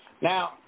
Now